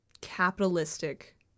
capitalistic